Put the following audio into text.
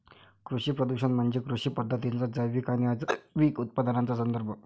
कृषी प्रदूषण म्हणजे कृषी पद्धतींच्या जैविक आणि अजैविक उपउत्पादनांचा संदर्भ